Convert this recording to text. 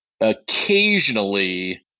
occasionally